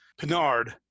Pinard